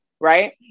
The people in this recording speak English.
right